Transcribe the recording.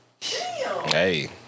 Hey